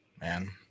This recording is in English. Man